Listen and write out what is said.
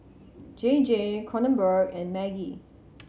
J J Kronenbourg and Maggi